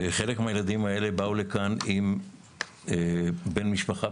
חלק מהילדים האלה באו לכאן עם בן משפחה.